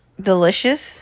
delicious